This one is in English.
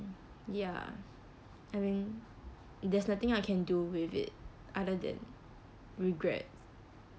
ya I mean there's nothing I can do with it other than regret